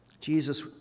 Jesus